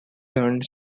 learned